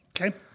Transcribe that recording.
Okay